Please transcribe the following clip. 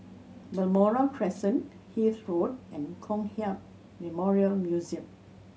Balmoral Crescent Hythe Road and Kong Hiap Memorial Museum